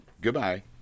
Goodbye